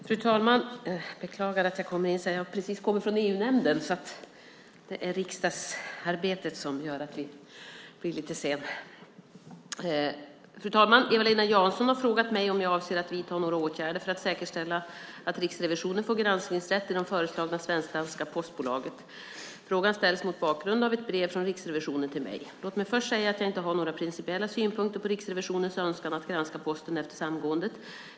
Fru talman! Eva-Lena Jansson har frågat mig om jag avser att vidta några åtgärder för att säkerställa att Riksrevisionen får granskningsrätt i det föreslagna svensk-danska postbolaget. Frågan ställs mot bakgrund av ett brev från Riksrevisionen till mig. Låt mig först säga att jag inte har några principiella synpunkter på Riksrevisionens önskan att granska Posten efter samgåendet.